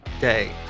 day